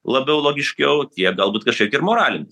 labiau logiškiau tiek galbūt kažkiek ir moralinis